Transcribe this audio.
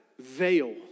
veil